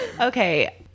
Okay